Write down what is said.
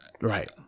Right